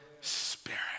spirit